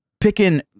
picking